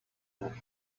roof